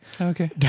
Okay